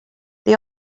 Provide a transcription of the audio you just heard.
they